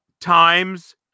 Times